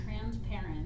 transparent